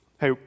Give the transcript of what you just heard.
Hey